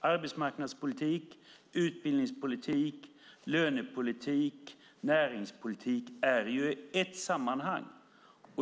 Arbetsmarknadspolitik, utbildningspolitik, lönepolitik och näringspolitik är ett sammanhang.